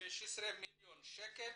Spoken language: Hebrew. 16 מיליון שקל